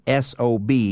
SOB